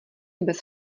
bez